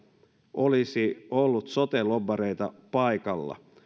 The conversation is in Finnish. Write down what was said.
olisi ollut sote lobbareita paikalla